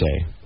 say